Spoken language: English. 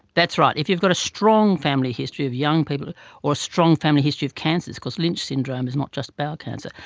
that's right, if you got a strong family history of young people or a strong family history of cancers, because lynch syndrome is not just bowel cancer,